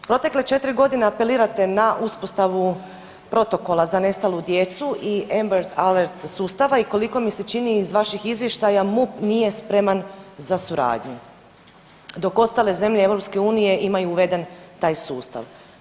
U protekle 4 godine apelirate na uspostavu protokola za nestalu djecu i Amber alert sustava i koliko mi se čini iz vaših izvještaja MUP nije spreman za suradnju dok ostale zemlje EU imaju uveden taj sustav.